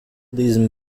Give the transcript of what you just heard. diesem